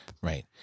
Right